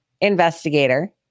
investigator